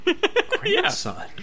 Grandson